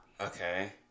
Okay